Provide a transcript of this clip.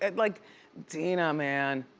and like dina, man.